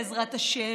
בעזרת השם,